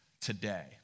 today